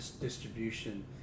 distribution